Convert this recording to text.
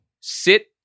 sit